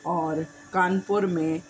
और कानपुर में